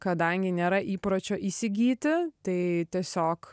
kadangi nėra įpročio įsigyti tai tiesiog